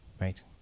Right